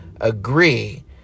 agree